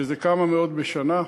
שזה כמה מאות בשנה.